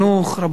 רבותי,